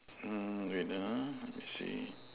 mm wait ah I see